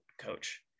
coach